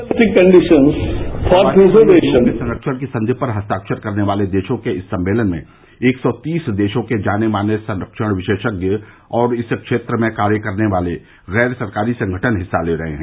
प्रवासी वन्य जीवों के संरक्षण की संधि पर हस्ताक्षर करने वाले देशों के इस सम्मेलन में एक सौ तीस देशों के जाने माने संरक्षण विशेषज्ञ और इस क्षेत्र में कार्य करने वाले गैर सरकारी संगठन हिस्सा ले रहे हैं